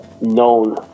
known